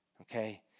Okay